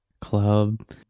club